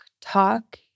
talk